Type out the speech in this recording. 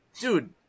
dude